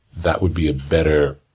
that would be a better